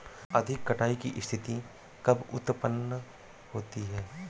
अधिक कटाई की स्थिति कब उतपन्न होती है?